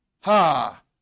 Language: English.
Ha